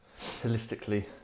Holistically